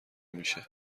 میشه